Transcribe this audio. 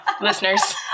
listeners